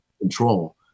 control